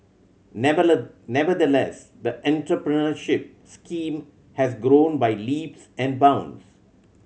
never nevertheless the entrepreneurship scheme has grown by leaps and bounds